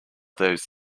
those